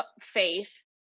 faith